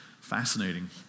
fascinating